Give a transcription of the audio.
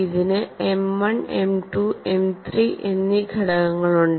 ഇതിന് M 1 M 2 M 3 എന്നീ ഘടകങ്ങളുണ്ട്